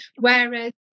Whereas